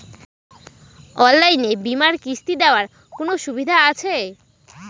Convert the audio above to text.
অনলাইনে বীমার কিস্তি দেওয়ার কোন সুবিধে আছে?